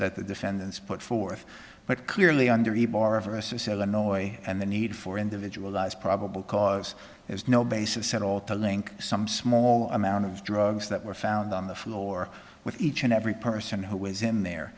that the defendants put forth but clearly under ybarra versus illinois and the need for individual eyes probable cause there's no basis at all to link some small amount of drugs that were found on the floor with each and every person who was in there